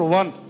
one